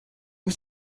you